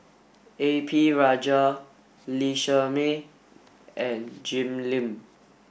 A P Rajah Lee Shermay and Jim Lim